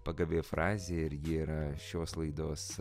pagavi frazė ir ji yra šios laidos